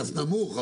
קנס נמוך,